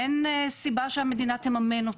אין סיבה שהמדינה תממן אותה.